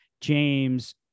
James